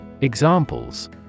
Examples